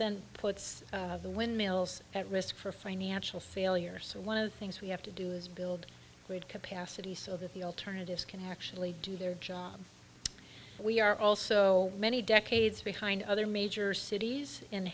then puts the windmills at risk for financial failure so one of the things we have to do is build grid capacity so that the alternatives can actually do their job we are also many decades behind other major cities